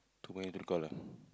too many to recall ah